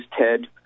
Ted